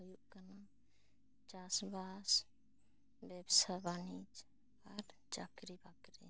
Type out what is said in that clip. ᱦᱩᱭᱩᱜ ᱠᱟᱱᱟ ᱪᱟᱥ ᱵᱟᱥ ᱵᱮᱵᱥᱟ ᱵᱟᱹᱱᱤᱡᱽ ᱟᱨ ᱪᱟᱹᱠᱨᱤ ᱵᱟᱹᱠᱨᱤ